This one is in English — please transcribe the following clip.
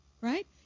right